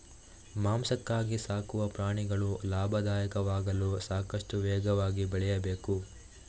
ಮಾಂಸಕ್ಕಾಗಿ ಸಾಕುವ ಪ್ರಾಣಿಗಳು ಲಾಭದಾಯಕವಾಗಲು ಸಾಕಷ್ಟು ವೇಗವಾಗಿ ಬೆಳೆಯಬೇಕು